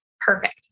Perfect